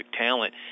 talent